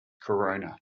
corona